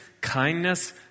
kindness